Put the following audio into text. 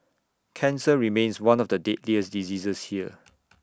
cancer remains one of the deadliest diseases here